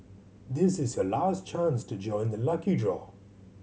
this is your last chance to join the lucky draw